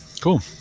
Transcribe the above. cool